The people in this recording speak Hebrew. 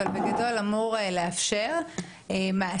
אבל בגדול אמור לאפשר מאסר.